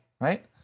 right